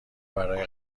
برای